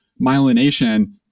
myelination